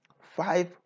five